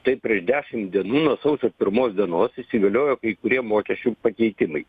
tai prieš dešimt dienų nuo sausio pirmos dienos įsigaliojo kai kurie mokesčių pakeitimai